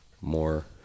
more